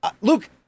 Luke